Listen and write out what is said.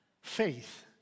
faith